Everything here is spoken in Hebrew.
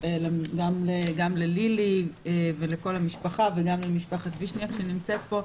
גם ללילי ולכל המשפחה וגם למשפחת וישניאק שנמצאת כאן.